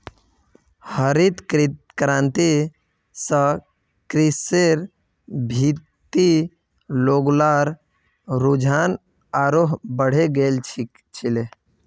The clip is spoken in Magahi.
हरित क्रांति स कृषिर भीति लोग्लार रुझान आरोह बढ़े गेल छिले